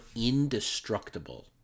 indestructible